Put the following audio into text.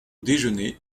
déjeuner